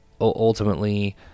ultimately –